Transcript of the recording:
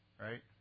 right